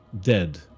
dead